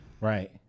Right